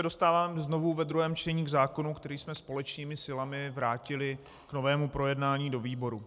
Dostáváme se znovu ve druhém čtení k zákonu, který jsme společnými silami vrátili k novému projednání do výboru.